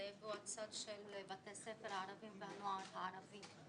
והוא הצד של בתי הספר הערבים והנוער הערבי.